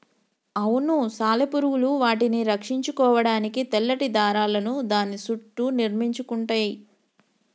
అవును సాలెపురుగులు వాటిని రక్షించుకోడానికి తెల్లటి దారాలను దాని సుట్టూ నిర్మించుకుంటయ్యి